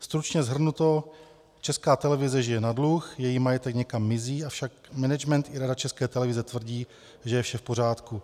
Stručně shrnuto, Česká televize žije na dluh, její majetek někam mizí, avšak management i Rada České televize tvrdí, že je vše v pořádku.